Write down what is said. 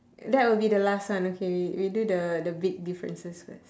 that will be the last one okay we we do the the big differences first